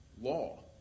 law